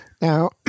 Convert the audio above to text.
Now